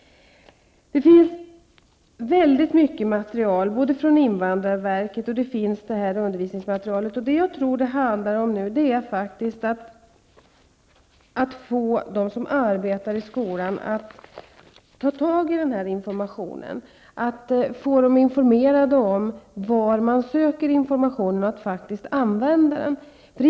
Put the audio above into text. Det finns mycket material, både från invandrarverket och SÖ. Jag tror att det nu handlar om att få dem som arbetar i skolan att ta tag i denna information, att få dem informerade om var man söker information och att faktiskt använda den.